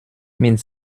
mit